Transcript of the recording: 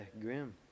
Grim